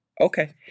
Okay